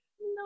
No